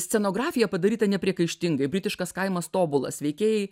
scenografija padaryta nepriekaištingai britiškas kaimas tobulas veikėjai